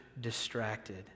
distracted